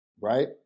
right